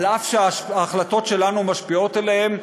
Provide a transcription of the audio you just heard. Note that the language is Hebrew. אף שההחלטות שלנו משפיעות עליהם.